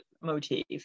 motif